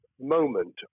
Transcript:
moment